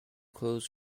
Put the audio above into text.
close